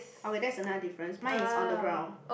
okay that's another difference mine is on the ground